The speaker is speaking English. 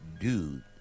dude